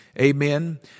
Amen